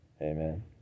Amen